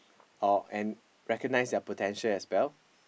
oh and recognise their potential as well